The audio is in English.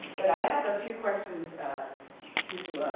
but i have a few questions to,